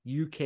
UK